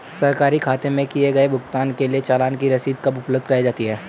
सरकारी खाते में किए गए भुगतान के लिए चालान की रसीद कब उपलब्ध कराईं जाती हैं?